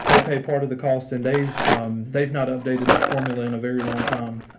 they pay part of the cost and they've they've not updated that formula in a very long time.